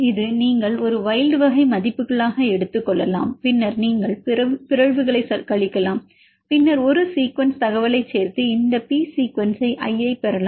இது நீங்கள் ஒரு வைல்ட் வகை மதிப்புகளாக எடுத்துக் கொள்ளலாம் பின்னர் நீங்கள் பிறழ்வுகளைக் கழிக்கலாம் பின்னர் ஒரு சீக்வென்ஸ் தகவலைச் சேர்த்து இந்த P சீக்வென்சை i ஐப் பெறலாம்